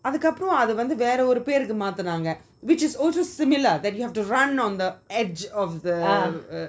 அதுக்கு அப்புறம் வந்து அத வந்து வேற ஒரு பேருக்கு மாத்துங்க:athuku apram vanthu atha vanthu vera oru peruku maathunanga which is also similar that you have to run on the edge of the err